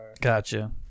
Gotcha